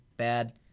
bad